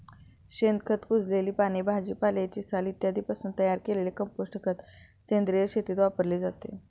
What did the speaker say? शेणखत, कुजलेली पाने, भाजीपाल्याची साल इत्यादींपासून तयार केलेले कंपोस्ट खत सेंद्रिय शेतीत वापरले जाते